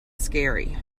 scary